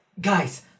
guys